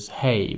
hey